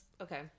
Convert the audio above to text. Okay